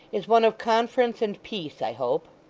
is one of conference and peace, i hope